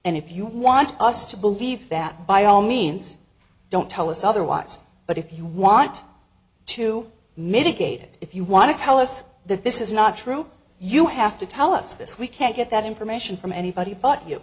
and if you want us to believe that by all means don't tell us otherwise but if you want to mitigate it if you want to tell us that this is not true you have to tell us this we can't get that information from anybody but you